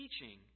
teaching